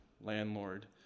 landlord